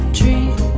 dream